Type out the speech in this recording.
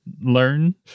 learn